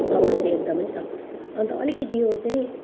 समस्या एकदमै छ अन्त अलिकति यो चाहिँ